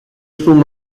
stond